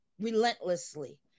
relentlessly